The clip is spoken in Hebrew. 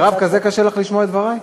מרב, כל כך קשה לך לשמוע את דברי?